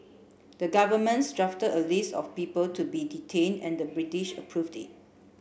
the governments drafted a list of people to be detain and the British approved it